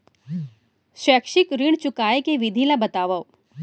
शैक्षिक ऋण चुकाए के विधि ला बतावव